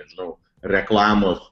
nežinau reklamos